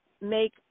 make